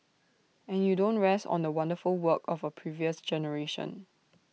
and you don't rest on the wonderful work of A previous generation